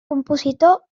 compositor